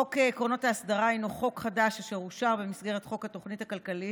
חוק עקרונות האסדרה הינו חוק חדש אשר אושר במסגרת חוק התוכנית הכלכלית